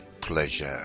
pleasure